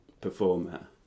performer